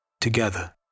Together